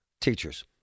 teachers